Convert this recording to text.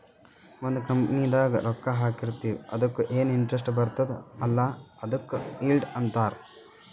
ಒಂದ್ ಕಂಪನಿದಾಗ್ ರೊಕ್ಕಾ ಹಾಕಿರ್ತಿವ್ ಅದುಕ್ಕ ಎನ್ ಇಂಟ್ರೆಸ್ಟ್ ಬರ್ತುದ್ ಅಲ್ಲಾ ಅದುಕ್ ಈಲ್ಡ್ ಅಂತಾರ್